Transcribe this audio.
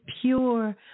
pure